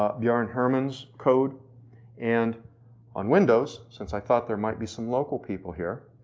ah bjoern hoehrmann's code and on windows, since i thought there might be some local people here,